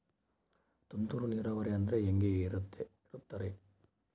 ತುಂತುರು ನೇರಾವರಿ ಅಂದ್ರೆ ಹೆಂಗೆ ಇರುತ್ತರಿ?